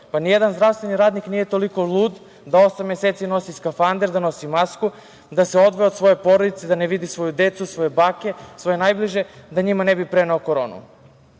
Pa ni jedan zdravstveni radnik nije toliko lud da osam meseci nosi skafander, da nosi masku, da se odvoji od svoje porodice, da ne vidi svoju decu, svoje bake, svoje najbliže, da njima ne bi preneo koronu.